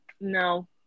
No